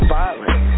violent